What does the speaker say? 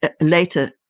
later